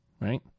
right